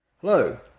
Hello